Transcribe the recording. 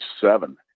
seven